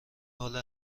حال